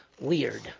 weird